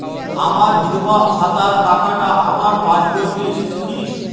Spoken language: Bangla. আমার বিধবা ভাতার টাকাটা আমার পাসবইতে এসেছে কি?